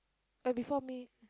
and before me